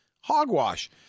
Hogwash